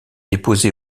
déposé